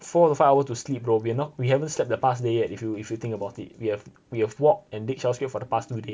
four to five hour to sleep bro we're not we haven't slept the past day yet if you if you think about it we have we have walk and dig shell scrape for the past two days